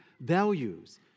values